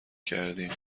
کردیم